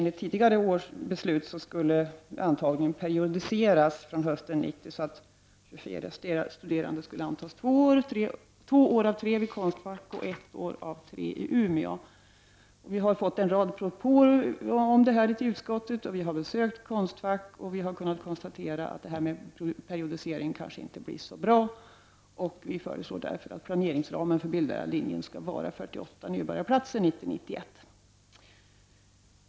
Enligt tidigare beslut skulle antagningen periodiseras från hösten 1990, så att 24 studerande skulle antas två år av tre vid Konstfack och ett år av tre i Umeå. Vi har fått en rad propåer om detta i utskottet, och vi har besökt Konstfack och därvid kunnat konstatera att denna periodisering kanske inte blir så bra. Utskottet föreslår därför att planeringsramen för bildlärarlinjen skall vara 48 nybörjarplatser budgetåret 1990/91.